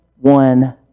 one